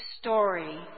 story